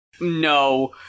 no